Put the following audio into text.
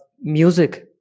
music